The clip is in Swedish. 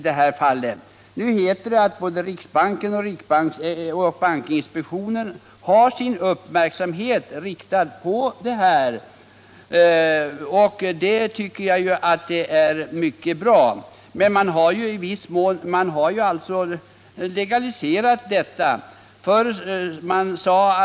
Det sägs också i interpellatonssvaret att både riksbanken och bankinspektionen har sin uppmärksamhet riktad på utvecklingen på det här området. Det tycker jag är mycket bra, men man har i viss mån legaliserat förhållandena.